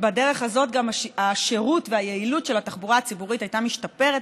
ובדרך הזאת גם השירות והיעילות של התחבורה הציבורית היו משתפרים,